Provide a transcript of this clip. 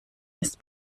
ist